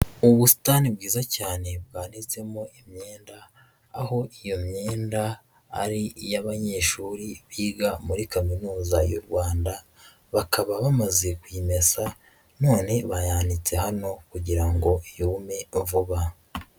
Ubusitani bwiza cyane bwanitsemo imyenda, aho iyo myenda ari iy'abanyeshuri biga muri kaminuza y'u Rwanda, bakaba bamaze kuyimesa, none bayanitse hano kugira ngo yume vuba.